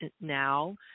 now